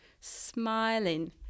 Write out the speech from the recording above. smiling